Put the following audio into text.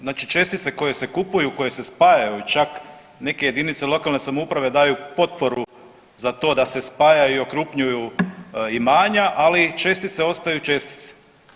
Znači čestice koje se kupuju i koje se spajaju i čak neke jedinice lokalne samouprave daju potporu za to da se spajaju i okrupnjuju imanja, ali čestice ostaju čestice.